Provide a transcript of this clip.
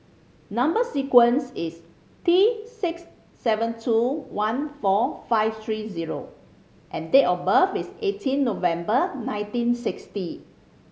number sequence is T six seven two one four five three zero and date of birth is eighteen November nineteen sixty